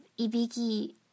Ibiki